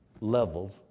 levels